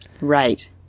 Right